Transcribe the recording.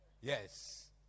Yes